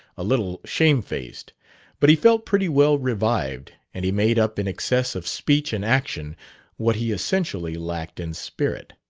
a little shamefaced but he felt pretty well revived and he made up in excess of speech and action what he essentially lacked in spirit.